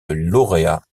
lauréat